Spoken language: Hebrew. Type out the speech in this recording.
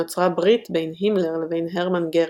נוצרה ברית בין הימלר לבין הרמן גרינג,